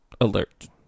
alert